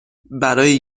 برای